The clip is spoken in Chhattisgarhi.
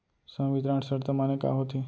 संवितरण शर्त माने का होथे?